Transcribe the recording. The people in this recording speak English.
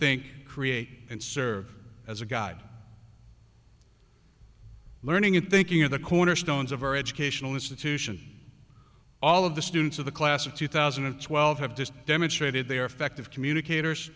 think create and serve as a guide learning and thinking of the cornerstones of our educational institution all of the students of the class of two thousand and twelve have demonstrated they are effective communicators